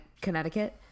Connecticut